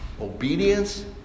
Obedience